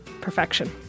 Perfection